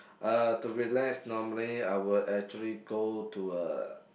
uh to relax normally I would actually go to uh